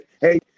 Hey